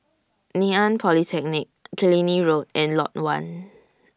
Ngee Ann Polytechnic Killiney Road and Lot one